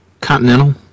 Continental